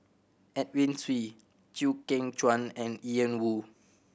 Edwin Siew Chew Kheng Chuan and Ian Woo